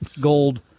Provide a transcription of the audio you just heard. Gold